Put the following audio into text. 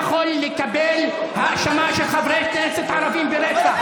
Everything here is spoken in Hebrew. אני לא יכול לקבל האשמה של חברי כנסת ערבים ברצח.